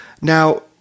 now